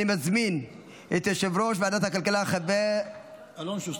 אני מזמין את חבר הכנסת אלון שוסטר,